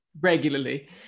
regularly